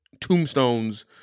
tombstones